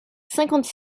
cinquante